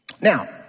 Now